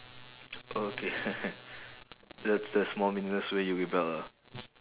okay the the small meaningless way you rebelled ah